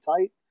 tight